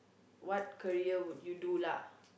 what career would you do lah